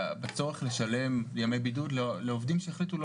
בצורך לשלם ימי בידוד לעובדים שהחליטו לא